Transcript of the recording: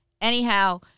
anyhow